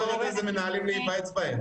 את בוחרת עם איזה מנהלים להיוועץ בהם.